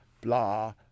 blah